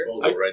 right